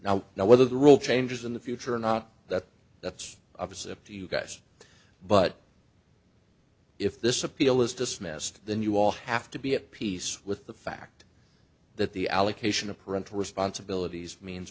now now whether the rule changes in the future or not that that's obvious up to you guys but if this appeal is dismissed then you all have to be at peace with the fact that the allocation of parental responsibilities means